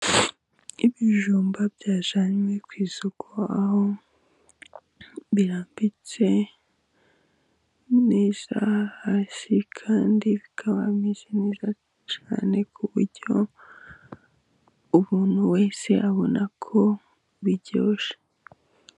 Ibijumba byajyanywe ku isoko aho birambitse neza hasi, kandi bikaba bimeze neza cyane ku buryo umuntu wese abona ko biryoshye.